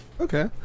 Okay